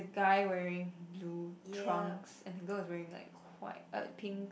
guy wearing blue trunks and the girl is wearing like white uh pink